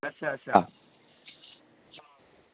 अच्छा अच्छा